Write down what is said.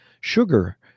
sugar